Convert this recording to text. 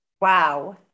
Wow